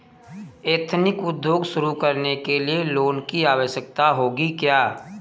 Ethnic उद्योग शुरू करने लिए लोन की आवश्यकता होगी क्या?